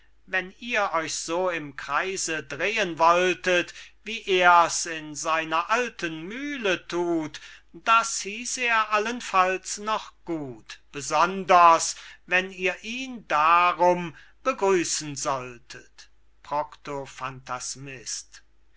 wenn ihr euch so im kreise drehen wolltet wie er's in seiner alten mühle thut das hieß er allenfalls noch gut besonders wenn ihr ihn darum begrüßen solltet